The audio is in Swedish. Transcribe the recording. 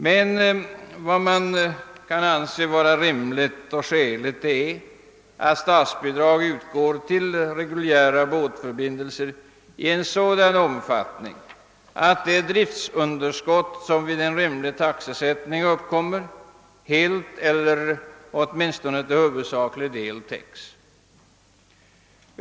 Men vad som kan anses rimligt och skäligt är att statsbidrag utgår till reguljära båtförbindelser i en sådan omfattning att det driftunderskott som vid en rimlig taxesättning uppkommer helt eller åtminstone till huvudsaklig del täckes.